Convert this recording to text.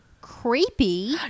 creepy